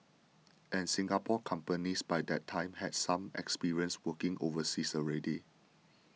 and Singapore companies by that time had some experience working overseas already